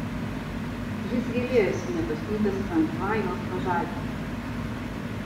jis gailėjosi nepasiuntęs fransua jos pažadinti